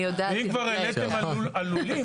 ואם כבר העליתם על לולים,